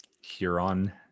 Huron